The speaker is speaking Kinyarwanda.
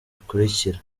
bikurikira